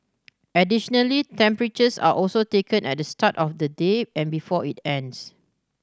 additionally temperatures are also taken at the start of the day and before it ends